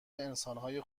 انسانهای